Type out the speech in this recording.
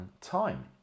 time